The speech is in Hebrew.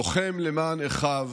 לוחם למען אחיו